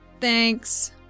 Thanks